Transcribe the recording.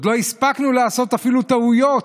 עוד לא הספקנו אפילו לעשות טעויות,